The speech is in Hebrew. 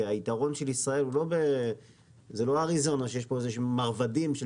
כי ישראל היא לא אריזונה שיש פה מרבדים של